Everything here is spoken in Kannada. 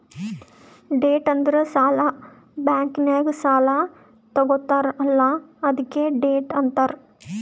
ಡೆಟ್ ಅಂದುರ್ ಸಾಲ, ಬ್ಯಾಂಕ್ ನಾಗ್ ಸಾಲಾ ತಗೊತ್ತಾರ್ ಅಲ್ಲಾ ಅದ್ಕೆ ಡೆಟ್ ಅಂತಾರ್